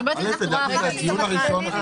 אני אומרת את זה בצורה הכי --- אנחנו